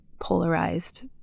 polarized